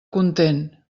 content